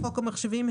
חוק המחשבים,